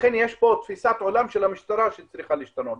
לכן יש פה תפיסת עולם של המשטרה שצריכה להשתנות.